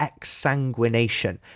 exsanguination